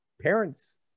parents